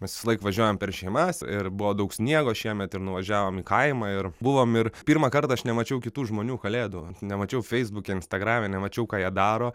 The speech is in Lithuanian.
mes visąlaik važiuojam per šeimas ir buvo daug sniego šiemet ir nuvažiavom į kaimą ir buvom ir pirmą kartą aš nemačiau kitų žmonių kalėdų nemačiau feisbuke instagrame nemačiau ką jie daro